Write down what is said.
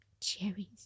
Cherries